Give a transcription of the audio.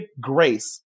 grace